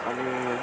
अनि